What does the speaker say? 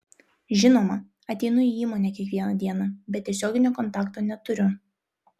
žinoma ateinu į įmonę kiekvieną dieną bet tiesioginio kontakto neturiu